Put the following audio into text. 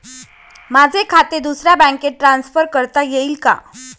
माझे खाते दुसऱ्या बँकेत ट्रान्सफर करता येईल का?